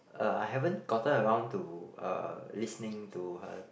uh I haven't gotten around to uh listening to her